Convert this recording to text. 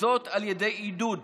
זאת על ידי עידוד